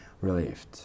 relieved